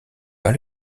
pas